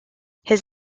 his